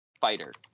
fighter